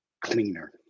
cleaner